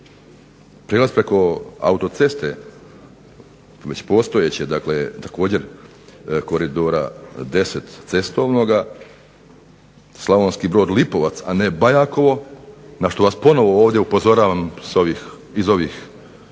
Prijelaz preko autoceste već postojeće također Koridora 10 cestovnoga Slavonski Brod-Lipovac, a ne Bajakovo na što vas ponovno ovdje upozoravam iz ovih klupa